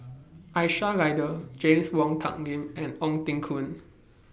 Aisyah Lyana James Wong Tuck Yim and Ong Teng Koon